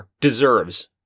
deserves